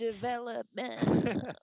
development